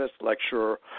lecturer